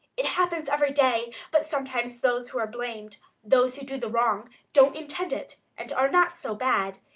it happens every day but sometimes those who are blamed those who do the wrong don't intend it, and are not so bad.